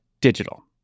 digital